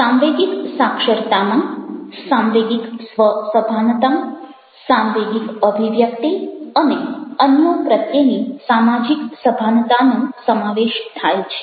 સાંવેગિક સાક્ષરતામાં સાંવેગિક સ્વ સભાનતા સાંવેગિક અભિવ્યક્તિ અને અન્યો પ્રત્યેની સામાજિક સભાનતાનો સમાવેશ છે